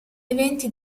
eventi